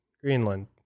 Greenland